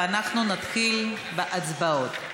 ואנחנו נתחיל בהצבעות.